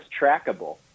trackable